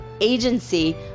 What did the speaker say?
Agency